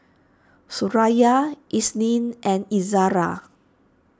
Suraya Isnin and Izara